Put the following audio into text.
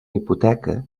hipoteca